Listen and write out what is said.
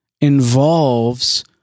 involves